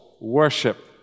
worship